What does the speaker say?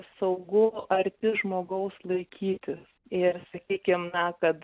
saugu arti žmogaus laikytis ir sakykim na kad